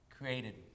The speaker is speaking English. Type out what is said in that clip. created